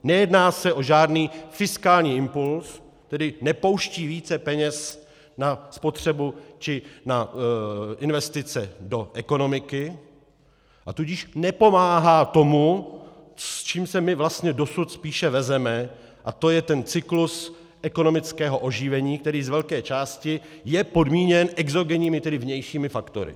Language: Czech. Nejedná se o žádný fiskální impuls, tedy nepouští více peněz na spotřebu či na investice do ekonomiky, a tudíž nepomáhá tomu, s čím se my vlastně dosud spíše vezeme, a to je ten cyklus ekonomického oživení, který z velké části je podmíněn exogenními, tedy vnějšími faktory.